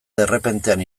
derrepentean